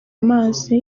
amazi